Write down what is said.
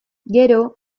gero